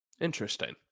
Interesting